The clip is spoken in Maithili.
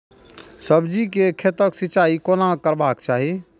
सब्जी के खेतक सिंचाई कोना करबाक चाहि?